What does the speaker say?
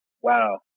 wow